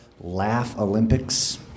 Laugh-Olympics